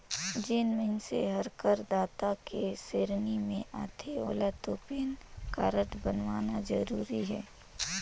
जेन मइनसे हर करदाता के सेरेनी मे आथे ओेला तो पेन कारड बनवाना जरूरी हे